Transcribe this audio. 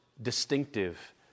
Distinctive